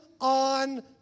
on